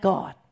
God